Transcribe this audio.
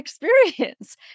experience